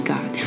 God